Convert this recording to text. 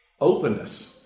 Openness